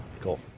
Cool